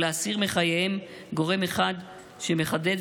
ולהסיר מחייהם גורם אחד שמחדד,